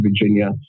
Virginia